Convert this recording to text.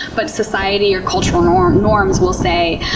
but society or cultural norms norms will say,